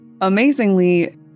Amazingly